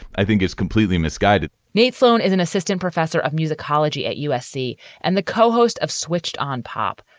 i think is completely misguided nate sloan is an assistant professor of musicology at usc and the co-host of switched on pop,